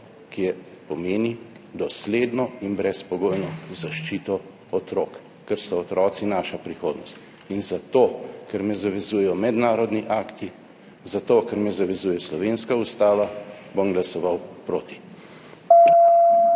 ki pomeni dosledno in brezpogojno zaščito otrok, ker so otroci naša prihodnost. In zato, ker me zavezujejo mednarodni akti, zato ker me zavezuje slovenska Ustava, bom glasoval proti.